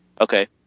okay